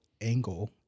angle